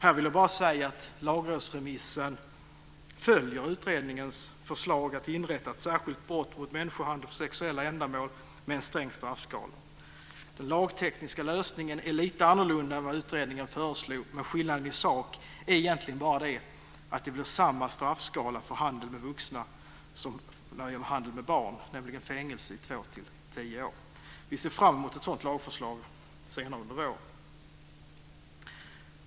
Här vill jag bara säga att lagrådsremissen följer utredningens förslag om att inrätta ett särskilt brott när det gäller människohandel för sexuella ändamål med en sträng straffskala. Den lagtekniska lösningen är lite annorlunda mot vad utredningen föreslog, men skillnaden i sak är egentligen bara det att det blir samma straffskala för handel med vuxna som för handel med barn, nämligen fängelse i två till tio år. Vi ser fram emot ett sådant lagförslag senare under våren.